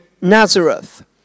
Nazareth